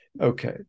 Okay